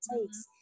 takes